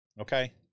Okay